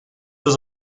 was